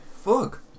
fuck